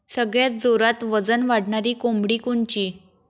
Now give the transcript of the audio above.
सगळ्यात जोरात वजन वाढणारी कोंबडी कोनची?